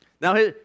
Now